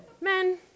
Men